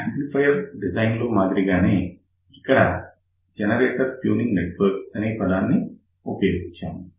amplifier design లో మాదిరిగానే ఇక్కడ జనరేటర్ ట్యూనింగ్ నెట్వర్క్ అనే పదాన్ని ఉపయోగించాము